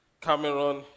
Cameron